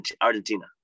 Argentina